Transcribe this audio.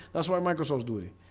that's why microsoft's doing it.